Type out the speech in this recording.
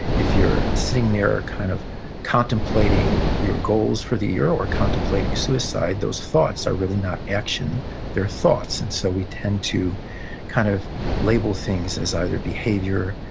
if you're sitting there, kind of contemplating your goals for the year, or contemplating suicide, those thoughts are really not action they're thoughts and so, we tend to kind of label things as either behavior,